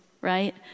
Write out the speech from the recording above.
right